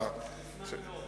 אני אשמח מאוד.